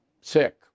sick